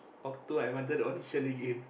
Okto I wanted to audition again